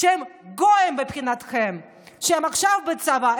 שהם גויים מבחינתכם והם עכשיו בצבא,